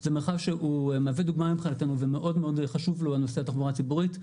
זה מרחב שמהווה דוגמה מבחינתנו ומאוד חשוב לו הנושא של תחבורה ציבורית.